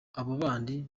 bandi